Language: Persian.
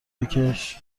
بکش